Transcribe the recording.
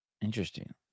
Interesting